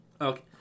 Okay